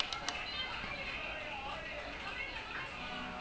I mean I wasn't there that day but like I saw the video I was damn sad lah